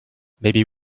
maybe